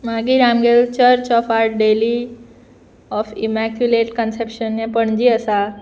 मागीर आमगेलो church of our डेली ऑफ इमॅक्युलेट कन्सेपशन हें पणजे आसा